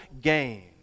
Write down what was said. gain